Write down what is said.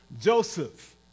Joseph